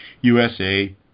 USA